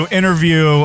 interview